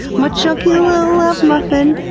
mah chunky li'l love muffin,